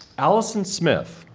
allison smith,